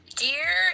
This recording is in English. dear